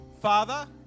Father